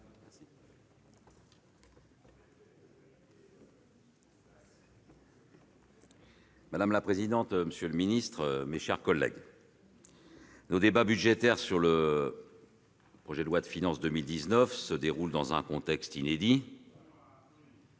Madame la présidente, monsieur le secrétaire d'État, mes chers collègues, nos débats budgétaires sur le projet de loi de finances pour 2019 se déroulent dans un contexte inédit,